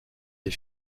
les